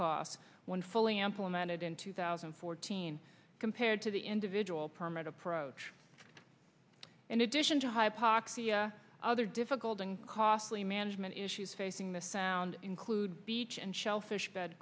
when fully implemented in two thousand and fourteen compared to the individual permit approach in addition to hypoxia other difficult and costly management issues facing the sound include beach and shellfish bed